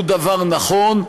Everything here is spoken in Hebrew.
הוא דבר נכון.